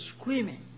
screaming